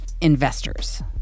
investors